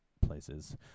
places